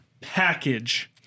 package